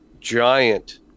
giant